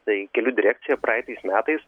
tai kelių direkcija praeitais metais